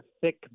thick